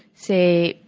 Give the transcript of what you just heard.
say,